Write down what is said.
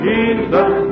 Jesus